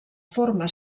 forma